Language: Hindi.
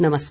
नमस्कार